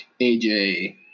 AJ –